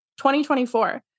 2024